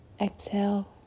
exhale